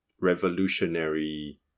revolutionary